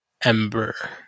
Ember